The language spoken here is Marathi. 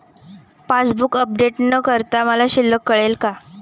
पासबूक अपडेट न करता मला शिल्लक कळेल का?